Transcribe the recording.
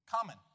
Common